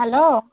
hello